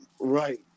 Right